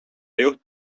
juht